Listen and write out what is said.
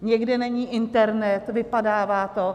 Někde není internet, vypadává to.